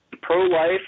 pro-life